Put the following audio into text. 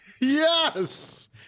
Yes